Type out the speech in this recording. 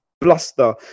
Bluster